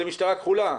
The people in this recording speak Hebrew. זו משטרה כחולה,